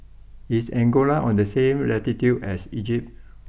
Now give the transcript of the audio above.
is Angola on the same latitude as Egypt